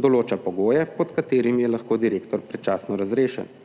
določa pogoje, pod katerimi je lahko direktor predčasno razrešen,